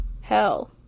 hell